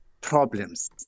problems